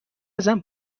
ازم